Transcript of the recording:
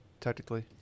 technically